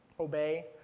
obey